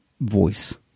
voice